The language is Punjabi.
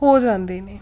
ਹੋ ਜਾਂਦੇ ਨੇ